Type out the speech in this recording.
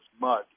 mud